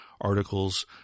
articles